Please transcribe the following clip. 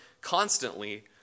constantly